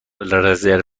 رزرو